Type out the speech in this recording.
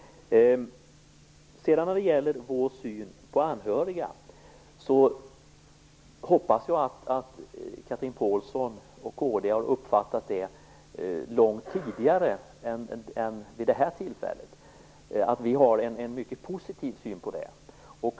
Jag hoppas att Chatrine Pålsson och kd har uppfattat vår syn på anhöriga långt tidigare än vid detta tillfälle. Vi har en mycket positiv syn på dem.